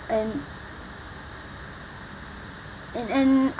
and and